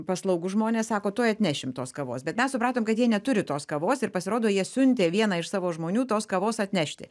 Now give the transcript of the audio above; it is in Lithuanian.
paslaugūs žmonės sako tuoj atnešim tos kavos bet mes supratom kad jie neturi tos kavos ir pasirodo jie siuntė vieną iš savo žmonių tos kavos atnešti